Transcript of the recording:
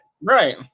Right